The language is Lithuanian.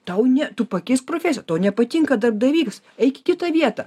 tau ne tu pakeisk profesiją tau nepatinka darbdavys eik į kitą vietą